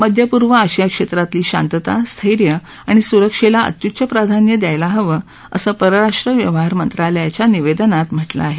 मध्यपूर्व आशिया क्षेत्रातली शांतता स्थैर्य आणि स्रक्षेला अत्य्च्च प्राधान्य द्यायला हवं असं परराष्ट्र व्यवहार मंत्रालयाच्या निवेदनात म्हटलं आहे